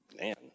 man